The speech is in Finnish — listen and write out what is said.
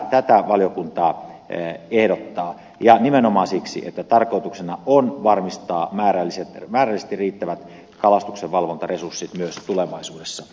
tätä valiokunta ehdottaa ja nimenomaan siksi että tarkoituksena on varmistaa määrällisesti riittävät kalastuksenvalvontaresurssit myös tulevaisuudessa